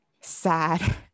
sad